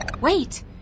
Wait